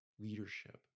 leadership